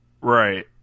Right